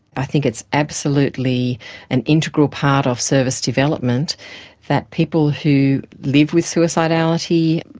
i think it's absolutely an integral part of service development that people who live with suicidality,